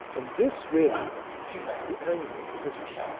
and this really peaked the anger of the british.